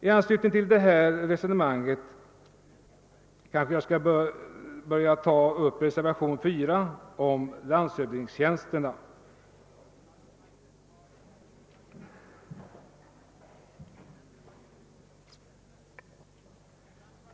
I anslutning till det här resonemanget kanske jag bör ta upp reservation 4 om landshövdingstjänsterna.